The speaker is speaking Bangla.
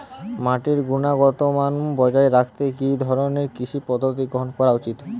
মাটির গুনগতমান বজায় রাখতে কি ধরনের কৃষি পদ্ধতি গ্রহন করা উচিৎ?